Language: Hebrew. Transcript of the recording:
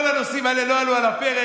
כל הנושאים האלה לא עלו על הפרק,